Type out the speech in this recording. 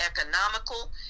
economical